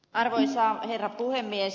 arvoisa herra puhemies